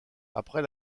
après